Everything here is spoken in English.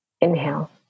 Inhale